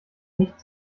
nicht